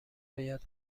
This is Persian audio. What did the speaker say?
بیاد